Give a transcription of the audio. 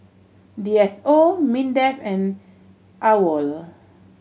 D S O MINDEF and AWOL